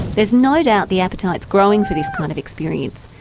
there's no doubt the appetite is growing for this kind of experience.